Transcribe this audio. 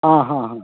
आं हा हा